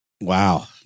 Wow